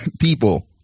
people